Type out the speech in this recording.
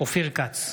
אופיר כץ,